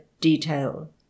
detail